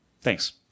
Thanks